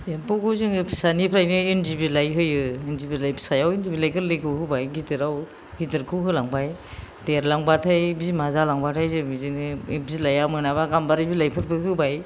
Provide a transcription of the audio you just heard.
एम्फौखौ जोङो फिसानिफ्रायनो इन्दि बिलाइ होयो इन्दि बिलाइ फिसायाव इन्दि बिलाइ गोरलैखौ होबाय गिदिराव गिदिरखौ होलांबाय देरलांब्लाथाय बिमाजालांब्लाथाय जों बिदिनो बिलाइआ मोनाब्ला गामबारि बिलाइफोरबो होबाय